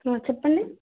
చెప్పండి